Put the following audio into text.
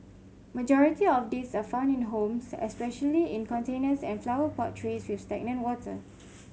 majority of these are found in homes especially in containers and flower pot trays with stagnant water